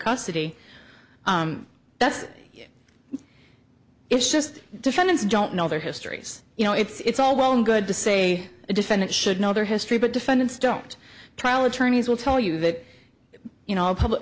custody that's it's just defendants don't know their histories you know it's all well and good to say a defendant should know their history but defendants don't trial attorneys will tell you that you know all public